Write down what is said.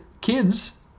kids